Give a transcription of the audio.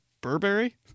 Burberry